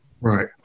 right